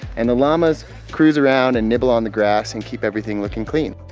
and the llamas cruise around and nibble on the grass and keep everything looking clean.